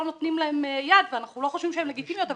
נותנים להן יד ואנחנו לא חושבים שהן לגיטימיות,